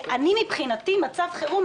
מבחינתי זה מצב חירום.